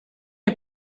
est